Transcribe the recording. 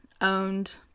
owned